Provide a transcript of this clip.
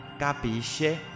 Capisce